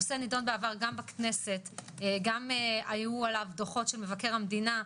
הנושא נדון בעבר גם בכנסת וגם היו עליו דוחות של מבקר המדינה,